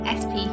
sp